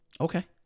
Okay